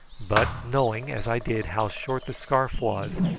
but knowing, as i did, how short the scarf was,